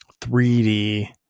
3D